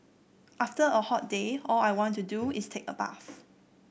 after a hot day all I want to do is take a bath